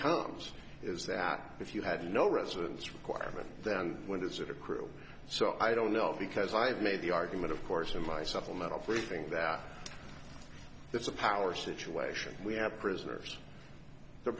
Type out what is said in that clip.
comes is that if you have no residence requirement then when does it accrue so i don't know because i've made the argument of course in my supplemental for the thing that it's a power situation we have prisoners the